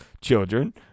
children